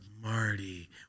Marty